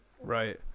Right